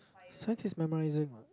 Science is memorizing